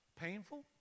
painful